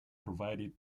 provided